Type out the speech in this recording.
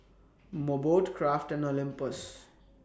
Mobot Kraft and Olympus